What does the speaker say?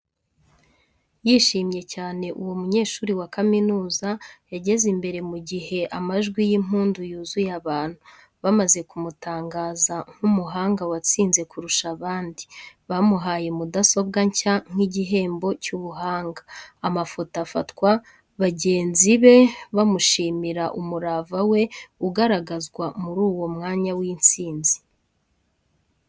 Yishimye cyane, uwo munyeshuri wa kaminuza yegeze imbere mu gihe amajwi y’impundu yuzuye abantu. Bamaze kumutangaza nk’umuhanga watsinze kurusha abandi. Bamuhaye mudasobwa nshya nk’igihembo cy’ubuhanga. Amafoto afatwa, bagenzi be bamushimira, umurava we ugaragazwa muri uwo mwanya w’intsinzi.